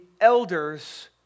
elders